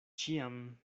ĉiam